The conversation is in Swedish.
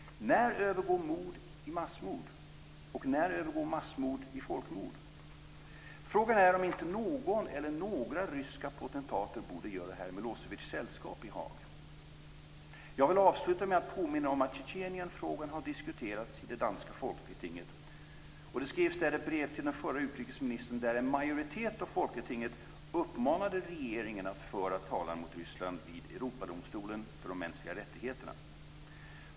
När övergår mord i massmord? Och när övergår massmord i folkmord? Frågan är om inte någon eller några ryska potentater borde göra herr Milosevíc sällskap i Jag vill avsluta med att påminna om att Tjetjenienfrågan har diskuterats i det danska Folketinget. Det skrevs där ett brev till den förre utrikesministern, där en majoritet av Folketinget uppmanade regeringen att föra talan mot Ryssland i Europadomstolen för de mänskliga rättigheterna.